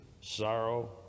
sorrow